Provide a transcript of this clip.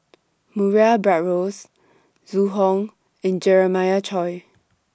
Murray Buttrose Zhu Hong and Jeremiah Choy